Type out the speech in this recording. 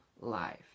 life